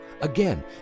Again